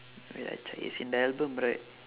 wait I check is in the album right